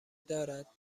دارد